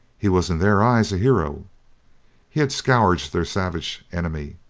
he was in their eyes a hero he had scourged their savage enemy,